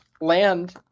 land